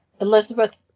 Elizabeth